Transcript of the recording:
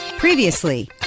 Previously